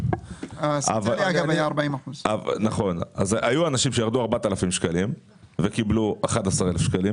היו אנשים שירדו ב-4,000 שקלים וקיבלו 11 אלף שקלים.